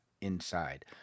inside